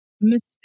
mistake